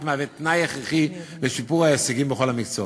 הוא תנאי הכרחי לשיפור ההישגים בכל המקצועות.